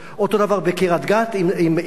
אותו דבר בקריית-גת עם "אינטל".